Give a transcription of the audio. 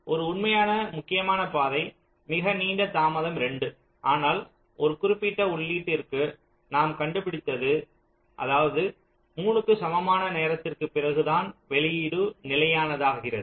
ஒரு உண்மையான முக்கியமான பாதை மிக நீண்ட தாமதம் 2 ஆனால் ஒரு குறிப்பிட்ட உள்ளீட்டிற்கு நாம் கண்டுபிடித்தது அதாவது 3 க்கு சமமான நேரத்திற்குப் பிறகு தான் வெளியீடு நிலையானதாகிறது